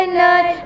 night